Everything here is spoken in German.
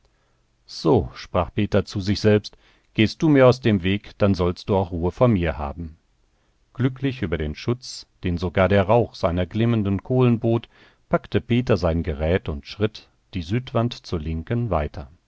so sprach peter zu sich selbst gehst du mir aus dem weg dann sollst auch ruhe vor mir haben glücklich über den schutz den sogar der rauch seiner glimmenden kohlen bot packte peter sein gerät und schritt die südwand zur linken weiter